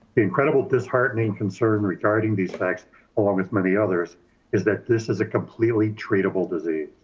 incredible disheartening concern regarding these facts along with many others is that this is a completely treatable disease.